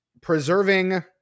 preserving